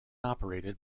operated